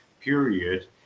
period